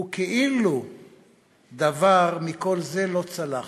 וכאילו דבר מכל זה לא צלח.